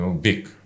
big